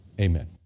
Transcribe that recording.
Amen